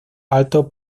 alto